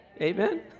Amen